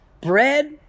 Bread